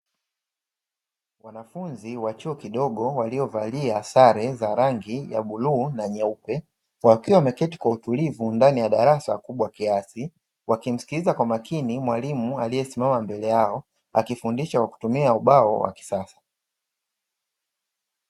Wanafunzi wa chuo kidogo waliovalia sare za rangi ya bluu na nyeupe wakiwa wameketi kwa utulivu ndani ya darasa kubwa kiasi, wakimsikiliza kwa makini mwalimu aliyesimama mbele yao akifundisha kwa kutumia ubao wa kisasa.